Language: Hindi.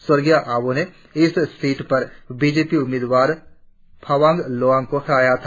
स्वर्गीय आबोह ने इस सीट पर बी जे पी उम्मीदवार फावांग लोवांग को हराया था